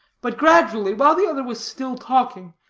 but gradually, while the other was still talking,